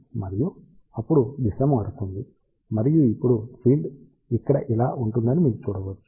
మరియు అప్పుడు దిశ మారుతుంది మరియు ఇప్పుడు ఫీల్డ్ ఇక్కడ ఇలా ఉంటుందని మీరు చూడవచ్చు